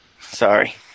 Sorry